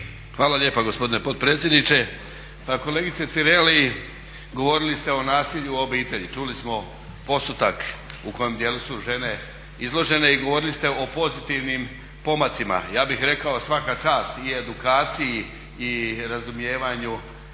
Hvala lijepa gospodine potpredsjedniče. Pa kolegice Tireli, govorili ste o nasilju u obitelji, čuli smo postotak u kojem djelu su žene izložene i govorili ste o pozitivnim pomacima. Ja bih rekao svaka čast i edukaciji i razumijevanju